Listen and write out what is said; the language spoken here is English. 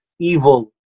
evil